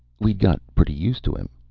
we'd got pretty used to him.